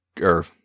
or-